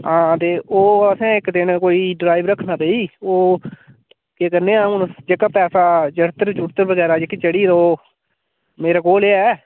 हां ते ओह् असें इक दिन कोई ड्राइव रक्खना पेई ओह् केह् करने आं हून जेह्का पैसा जकत्र जुकत्र बगैरा जेह्की चढ़ी ओह् मेरे कोल ही ऐ